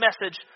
message